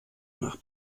nach